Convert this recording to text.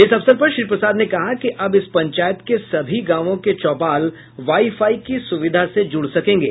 इस अवसर पर श्री प्रसाद ने कहा कि अब इस पंचायत के सभी गांवों के चौपाल वाई फाई की सुविधा से जुड़ सकेंगे